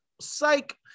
psych